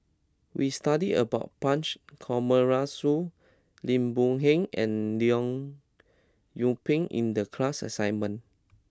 we studied about Punch Coomaraswamy Lim Boon Heng and Leong Yoon Pin in the class assignment